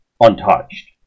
untouched